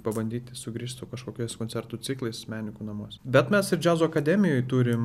pabandyti sugrįžt su kažkokias koncertų ciklais menikų namuose bet mes ir džiazo akademijoj turim